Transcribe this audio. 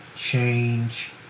change